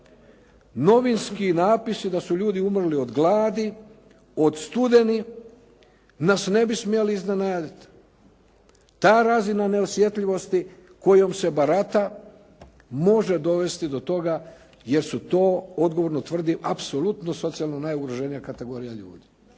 Novinski natpisi da su ljudi umrli od gladi, od studeni nas se ne bi smjeli iznenaditi. Ta razina neosjetljivosti kojom se barata, može dovesti do toga, jer su to odgovorno tvrdim apsolutno socijalno najugroženija kategorija ljudi.